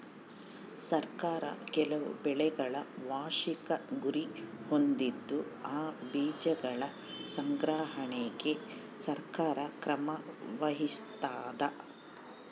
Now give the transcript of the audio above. ಸರ್ಕಾರ ಕೆಲವು ಬೆಳೆಗಳ ವಾರ್ಷಿಕ ಗುರಿ ಹೊಂದಿದ್ದು ಆ ಬೀಜಗಳ ಸಂಗ್ರಹಣೆಗೆ ಸರ್ಕಾರ ಕ್ರಮ ವಹಿಸ್ತಾದ